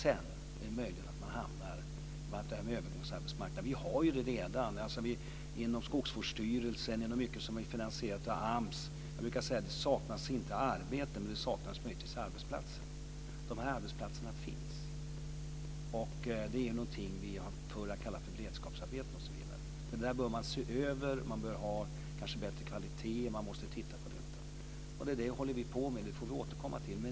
Sedan är det möjligt att man hamnar någon annanstans. Vi har ju redan en övergångsarbetsmarknad. Inom Skogsvårdsstyrelsen t.ex. är det mycket som är finansierat av AMS. Jag brukar säga: Det saknas inte arbete, men det saknas möjligtvis arbetsplatser. Dessa arbetsplatser finns - det är det som vi förr har kallat för beredskapsarbeten osv. Men detta bör man se över. Det kanske borde vara bättre kvalitet, och det måste man titta på. Det är det som vi håller på med, och vi får återkomma till det.